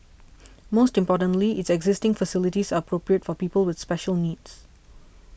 most importantly its existing facilities are appropriate for people with special needs